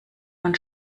man